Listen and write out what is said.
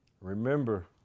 remember